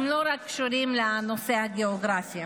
לא רק קשורים לנושא הגיאוגרפי.